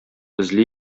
эзли